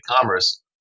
commerce